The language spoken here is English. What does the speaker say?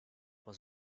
was